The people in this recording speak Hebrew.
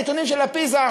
הנתונים של מבחני פיז"ה,